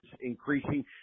increasing